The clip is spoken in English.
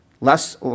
less